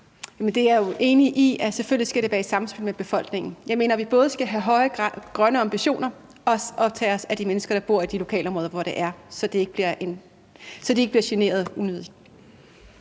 Det er jeg jo enig i. Selvfølgelig skal det være i samspil med befolkningen. Jeg mener, at vi både skal have høje grønne ambitioner og tage os af de mennesker, der bor i de lokalområder, hvor det er, så de ikke bliver generet unødigt.